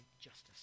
justice